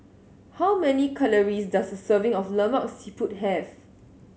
how many calories does a serving of Lemak Siput have